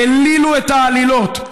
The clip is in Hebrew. העלילו את העלילות,